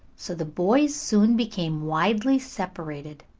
so the boys soon became widely separated.